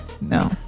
No